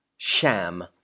sham